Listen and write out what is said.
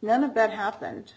none of that happened